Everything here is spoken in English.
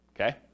okay